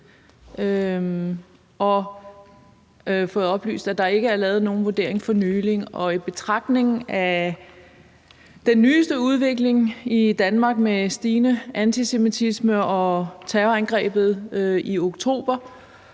og fået oplyst, at der ikke er lavet nogen vurdering for nylig. Og i betragtning af den nyeste udvikling i Danmark med stigende antisemitisme og terrorangrebet i oktober